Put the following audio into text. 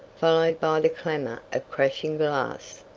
followed by the clamor of crashing glass.